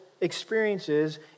Experiences